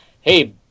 hey